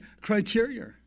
criteria